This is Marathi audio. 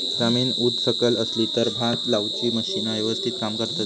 जमीन उच सकल असली तर भात लाऊची मशीना यवस्तीत काम करतत काय?